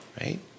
right